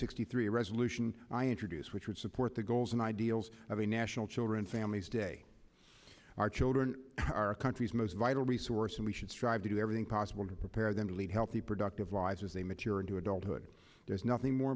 sixty three resolution i introduced which would support the goals and ideals of the national children families day our children our country's most vital resource and we should strive to do everything possible to prepare them to lead healthy productive lives as they mature into adulthood there's nothing more